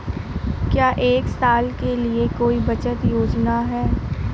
क्या एक साल के लिए कोई बचत योजना है?